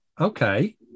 okay